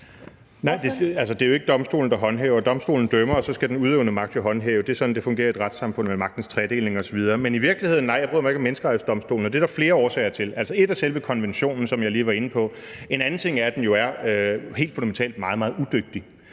(DF): Det er jo ikke domstolen, der håndhæver. Domstolen dømmer, og så skal den udøvende magt jo håndhæve. Det er sådan, det fungerer i et retssamfund med magtens tredeling osv. Men i virkeligheden, nej, jeg bryder mig ikke om Menneskerettighedsdomstolen, og det er der flere årsager til. Ét er selve konventionen, som jeg lige var inde på. Noget andet er, at den jo er helt fundamentalt meget, meget udygtig.